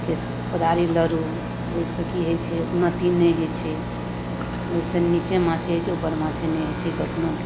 केस फौदारी लड़ू ओइसँ की होइ छै उन्नति नहि होइ छै ओइसँ नीचे माथ होइ छै उपर माथ नहि होइ छै कखनो